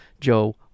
Joe